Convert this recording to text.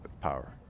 power